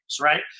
right